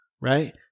right